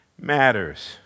matters